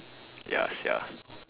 ya sia